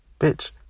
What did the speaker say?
Bitch